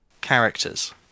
characters